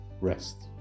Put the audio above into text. rest